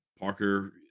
Parker